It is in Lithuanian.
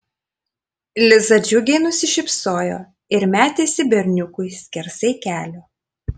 liza džiugiai nusišypsojo ir metėsi berniukui skersai kelio